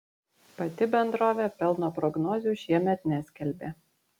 pati bendrovė pelno prognozių šiemet neskelbė